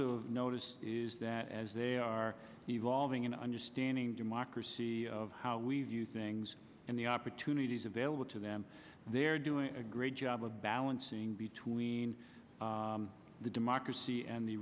also noticed is that as they are evolving in understanding democracy of how we view things and the opportunities available to them they're doing a great job of balancing between the democracy and the